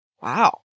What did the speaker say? Wow